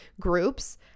groups